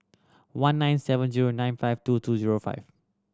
one nine seven zero nine five two two zero five